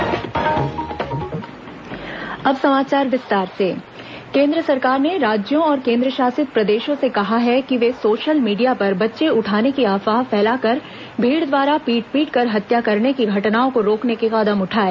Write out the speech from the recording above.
गृह मंत्रालय भीड़ हिंसा केंद्र सरकार ने राज्यों और केंद्रशासित प्रदेशों से कहा है कि वे सोशल मीडिया पर बच्चे उठाने की अफवाह फैलाकर भीड़ द्वारा पीट पीटकर हत्या करने की घटनाओं को रोकने के कदम उठाएं